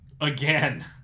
Again